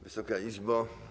Wysoka Izbo!